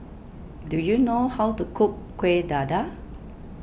do you know how to cook Kuih Dadar